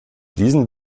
diesen